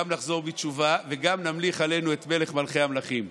גם נחזור בתשובה וגם נמליך עלינו את מלך מלכי המלכים.